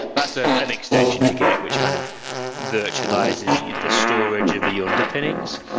that's ah an extension to git, which kind of virtualizes the the storage of the underpinnings.